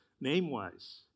Name-wise